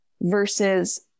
versus